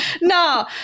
No